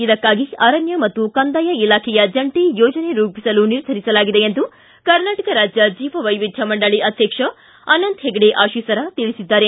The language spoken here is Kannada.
ಇದಕ್ಕಾಗಿ ಅರಣ್ನ ಮತ್ತು ಕಂದಾಯ ಇಲಾಖೆಯ ಜಂಟಿ ಯೋಜನೆ ರೂಪಿಸಲು ನಿರ್ಧರಿಸಲಾಗಿದೆ ಎಂದು ಕರ್ನಾಟಕ ರಾಜ್ಯ ಜೀವವೈವಿಧ್ಯ ಮಂಡಳಿ ಅಧ್ಯಕ್ಷ ಅನಂತ ಹೆಗಡೆ ಅಶೀಸರ ತಿಳಿಸಿದ್ದಾರೆ